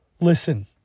Listen